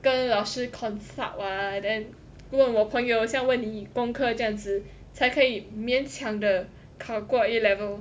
跟老师 consult ah then 问我朋友像问你功课这样子才可以勉强的考过 A level